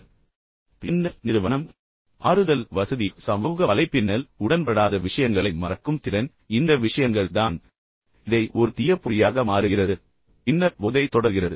ஆனால் பின்னர் நிறுவனம் ஆறுதல் வசதி சமூக வலைப்பின்னல் உடன்படாத விஷயங்களை மறக்கும் திறன் எனவே இந்த விஷயங்கள் தான் இதை ஒரு தீய பொறியாக மாறுகிறது பின்னர் போதை தொடர்கிறது